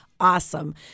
awesome